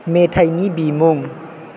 मेथायनि बिमुं